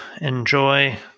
enjoy